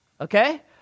Okay